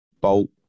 bolt